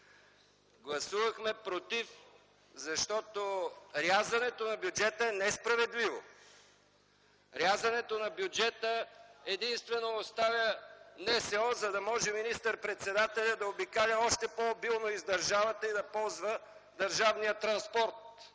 Гласувахме „против”, защото рязането на бюджета е несправедливо. Рязането на бюджета единствено оставя НСО, за да може министър-председателят да обикаля още по-обилно из държавата и да ползва държавния транспорт.